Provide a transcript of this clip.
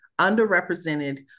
underrepresented